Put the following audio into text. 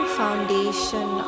foundation